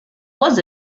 was